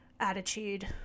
Attitude